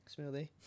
Smoothie